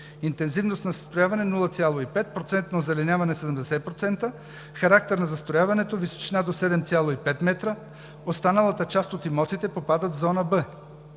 интензивност на застрояване 0,5, процентно озеленяване 70%, характер на застрояването – височина до 7,5 м. Останалата част от имотите попадат в Зона Б